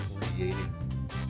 creating